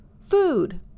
food